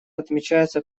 отмечается